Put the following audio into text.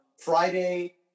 Friday